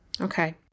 Okay